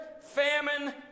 famine